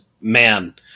man